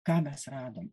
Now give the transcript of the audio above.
ką mes radom